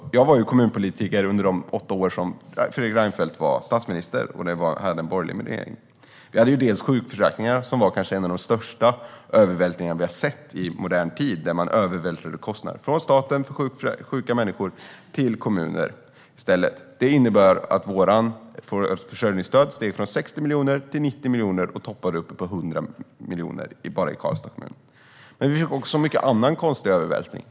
Jag var kommunpolitiker under de åtta år som Fredrik Reinfeldt var statsminister och vi hade en borgerlig regering. Då hade vi sjukförsäkringarna, som var en av de största övervältringar vi har sett i modern tid. Staten vältrade över kostnader för sjuka människor på kommunerna. Det innebar att vår kostnad i Karlstads kommun för försörjningsstöd steg från 60 miljoner till 90 miljoner och toppade uppe på 100 miljoner. Vi fick också mycket annan konstig övervältring.